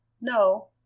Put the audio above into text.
No